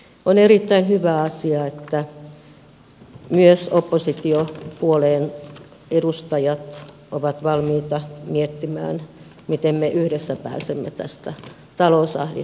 on erittäin hyvä asia että myös oppositiopuolueiden edustajat ovat valmiita miettimään miten me yhdessä pääsemme tästä talousahdin